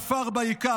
כפר בעיקר",